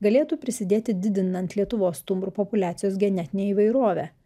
galėtų prisidėti didinant lietuvos stumbrų populiacijos genetinę įvairovę